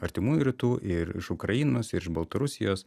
artimųjų rytų ir iš ukrainos ir iš baltarusijos